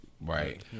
right